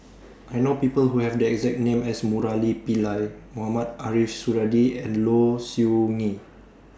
I know People Who Have The exact name as Murali Pillai Mohamed Ariff Suradi and Low Siew Nghee